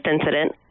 incident